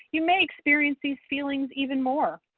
you may experience these feelings even more.